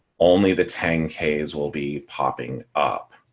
only the ten k's will be popping up.